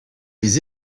les